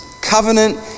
Covenant